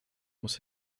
muss